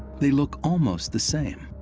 they look almost the same.